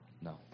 no